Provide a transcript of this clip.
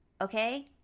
okay